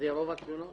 זה רוב התלונות?